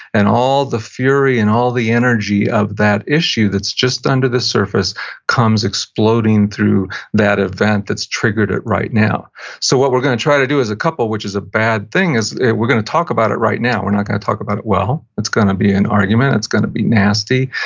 and all the fury, and all the energy of that issue that's just under the surface comes exploding through that event that's triggered it right now so, what we're going to try to do as a couple, which is a bad thing, is we're going to talk about it right now. we're not going to talk about it well, it's going to be an argument, it's going to be nasty,